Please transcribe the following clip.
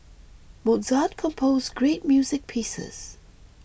Mozart composed great music pieces